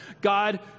God